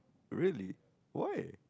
really why